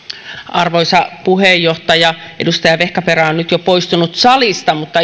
arvoisa puheenjohtaja edustaja vehkaperä on nyt jo poistunut salista mutta